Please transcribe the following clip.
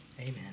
amen